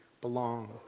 belong